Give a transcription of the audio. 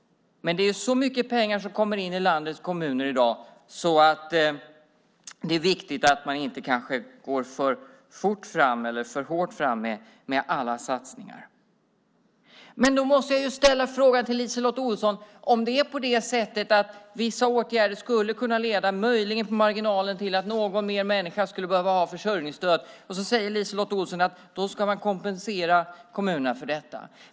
Men det är så mycket pengar som kommer in i landets kommuner i dag att det är viktigt att man kanske inte går för fort fram eller för hårt fram med alla satsningar. Men jag måste ställa en fråga till LiseLotte Olsson. Låt oss säga att vissa åtgärder möjligen på marginalen skulle kunna leda till att någon mer människa skulle behöva försörjningsstöd. Då säger LiseLotte Olsson att man ska kompensera kommunerna för detta.